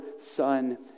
Son